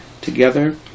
together